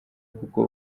kuko